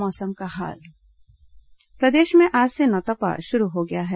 मौसम प्रदेश में आज से नौतपा शुरू हो गया है